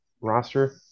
roster